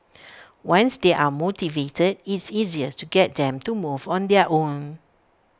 once they are motivated it's easier to get them to move on their own